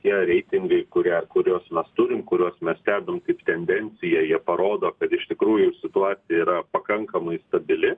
tie reitingai kurie kurios mes turim kuriuos mes stebim kaip tendenciją jie parodo kad iš tikrųjų ir situacija yra pakankamai stabili